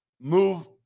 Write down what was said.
move